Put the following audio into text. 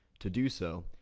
to do so,